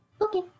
Okay